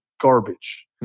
garbage